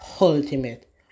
ultimate